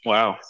Wow